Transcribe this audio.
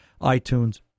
iTunes